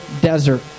desert